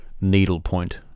needlepoint